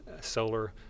solar